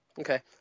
Okay